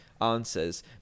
answers